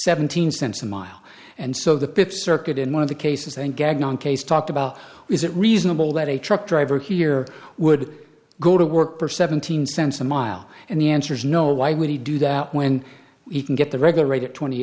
seventeen cents a mile and so the pit circuit in one of the cases and gag case talked about is it reasonable that a truck driver here would go to work for seventeen cents a mile and the answer is no why would he do that when he can get the regular rate at twenty